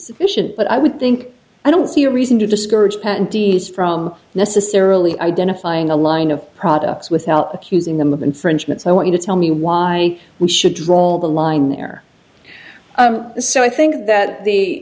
sufficient but i would think i don't see a reason to discourage patent d s from necessarily identifying a line of products without accusing them of infringement so i want you to tell me why we should draw the line there so i think that the